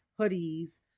hoodies